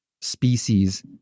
species